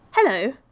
Hello